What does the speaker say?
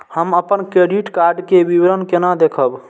हम अपन credit card के विवरण केना देखब?